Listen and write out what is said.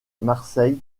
marseille